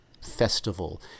festival